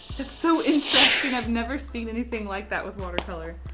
that's so interesting. i've never seen anything like that with watercolor.